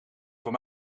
voor